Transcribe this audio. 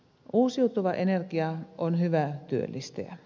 uusiutuva energia on hyvä työllistäjä